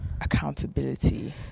accountability